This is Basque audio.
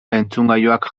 entzungailuak